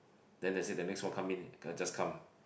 then they said the next one come in I just come